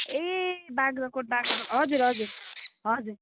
ए बाग्राकोट बाग्राकोट हजुर हजुर हजुर